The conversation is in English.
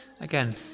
Again